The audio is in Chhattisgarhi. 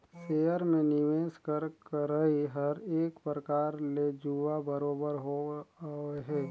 सेयर में निवेस कर करई हर एक परकार ले जुआ बरोबेर तो हवे